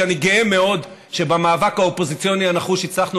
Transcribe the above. שאני גאה מאוד שבמאבק האופוזיציוני הנחוש הצלחנו